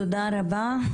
תודה רבה.